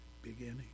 beginning